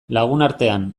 lagunartean